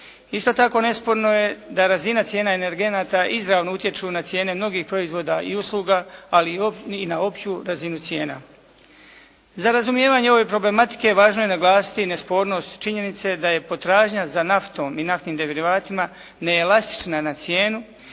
Isto tako nesporno je da razina cijena energenata izravno utječu na cijene mnogih proizvoda i usluga, ali i na opću razinu cijena. Za razumijevanje ove problematike važno je naglasiti nespornost činjenice da je potražnja za naftom i naftnim derivatima neelastična na cijenu